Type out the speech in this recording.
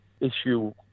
issue